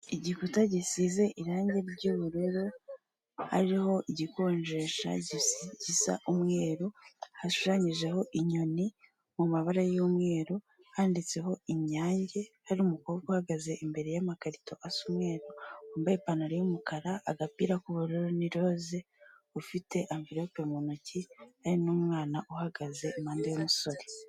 Igikuta gisize irangi ry'ubururu hariho igikonjesha gisa umweru hashushanyijeho inyoni mu mabara y'umweru handitseho inyange hari umukobwa uhagaze imbere yamakarito asa umweruru, wambaye ipantaro yumukara agapira k'ubu n'irose ufite anvelope mu ntoki n'umwana uhagaze impande y'umusore